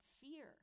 fear